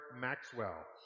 Maxwell